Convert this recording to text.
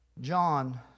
John